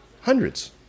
Hundreds